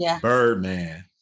Birdman